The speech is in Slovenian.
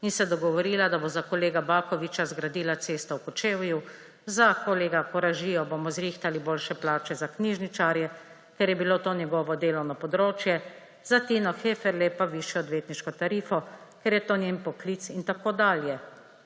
in se dogovorila, da bo za kolega Bakovića zgradila cesto v Kočevju, za kolega Koražija bomo zrihtali boljše plače za knjižničarje, ker je bilo to njegovo delovno področje, za Tino Heferle pa višjo odvetniško tarifo, ker je to njen poklic in tako dalje.